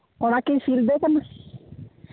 ᱱᱚᱣᱟ ᱠᱤ ᱥᱤᱞᱫᱟᱹ ᱠᱟᱱᱟ